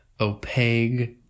opaque